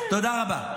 תודה רבה.